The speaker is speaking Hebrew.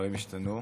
דברים השתנו.